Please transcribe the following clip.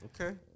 Okay